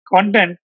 content